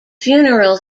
funeral